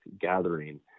gathering